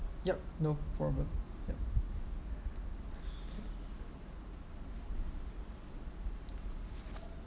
yup no problem yup